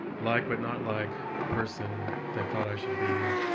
like, but not like, the person they thought i should be,